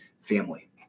family